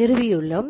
நிறுவியுள்ளோம்